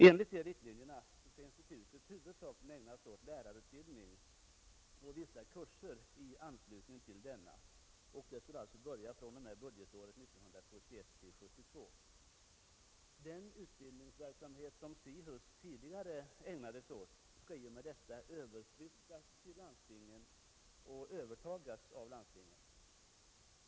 Enligt de riktlinjerna skall institutet huvudsakligen ägna sig åt lärarutbildning och vissa kurser i anslutning till denna, med början fr.o.m. budgetåret 1971/72. Den utbildningsverksamhet som tidigare har bedrivits vid SIHUS skall i och med detta överflyttas till och övertagas av landstingen.